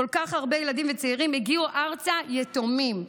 כל כך הרבה ילדים וצעירים הגיעו ארצה יתומים,